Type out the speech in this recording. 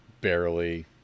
barely